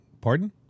Pardon